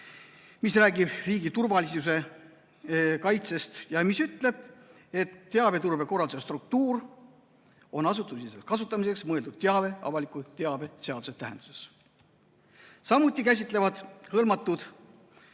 mis räägib riigi turvalisuse kaitsest ja mis ütleb, et teabeturbe korralduse struktuur on asutusesiseseks kasutamiseks mõeldud teave avaliku teabe seaduse tähenduses. Samuti käsitletakse hõlmatud